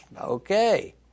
Okay